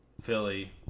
Philly